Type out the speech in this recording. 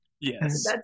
Yes